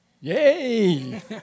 Yay